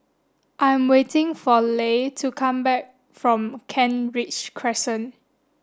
I'm waiting for Leigh to come back from Kent Ridge Crescent